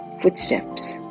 footsteps